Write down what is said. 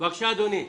בבקשה אדוני.